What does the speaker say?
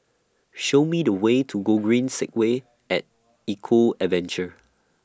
Show Me The Way to Gogreen Segway At Eco Adventure